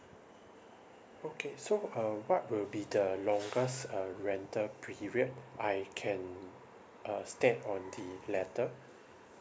okay so um what will be the longest uh rental period I can uh state on the letter